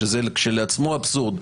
שזה כשלעצמו אבסורד,